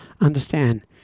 understand